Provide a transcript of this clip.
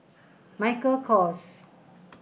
Michael Kors